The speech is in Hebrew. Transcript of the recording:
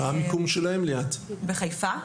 בחיפה,